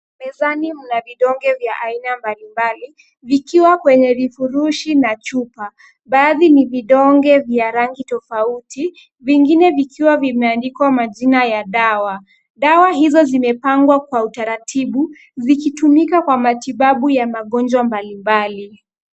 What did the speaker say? Mezani mna vidonge vya aina mbalimbali vikiwa kwenye vifurushi na chupa. Baadhi ni vidonge vya rangi tofauti, vingine vikiwa vimeandikwa majina ya dawa. Dawa hizo zimepangwa kwa utaratibu, zikitumika kwa matibabu ya magonjwa mbalimbali.